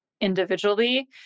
individually